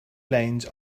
lanes